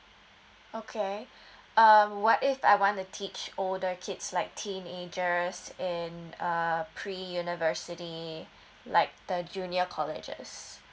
okay uh what if I wanna teach older kids like teenagers and uh pre university like the junior colleges